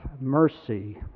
mercy